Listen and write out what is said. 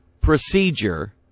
procedure